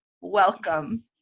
Welcome